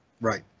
Right